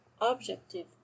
objective